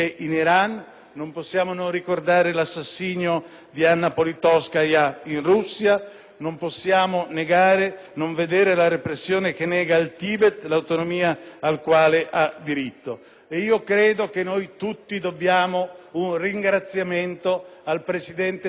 non possiamo non ricordare l'assassinio di Anna Politkovskaja in Russia, non possiamo non vedere la repressione che nega al Tibet l'autonomia alla quale ha diritto. E credo che noi tutti dobbiamo un ringraziamento al presidente Sarkozy